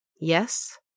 Yes